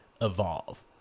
evolve